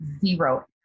zero